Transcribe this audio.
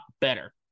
better